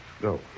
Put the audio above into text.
go